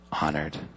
honored